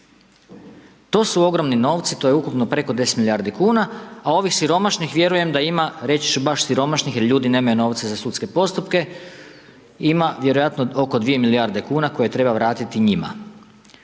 To su ogromni novci, to je ukupno preko 10 milijardi kuna, a ovih siromašnih, vjerujem da ima, reći ću baš siromašnih jer ljudi nemaju novca za sudske postupke, ima vjerojatno oko 2 milijarde kuna koje treba vratiti njima.